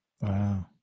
Wow